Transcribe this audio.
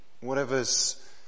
whatever's